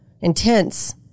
intense